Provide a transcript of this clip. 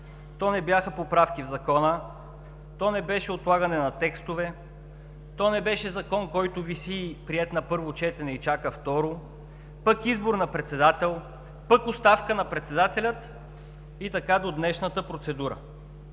то не бяха поправки в Закона, то не беше отлагане на текстове, то не беше закон, който виси приет на първо четене и чака второ, пък избор на председател, пък оставка на председателя и така до днешната процедура.